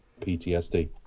PTSD